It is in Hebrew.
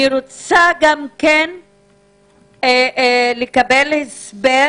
אני רוצה גם כן לקבל הסבר